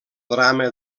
drama